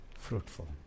fruitful